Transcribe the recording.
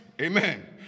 amen